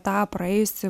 tą praėjusį